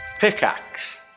Pickaxe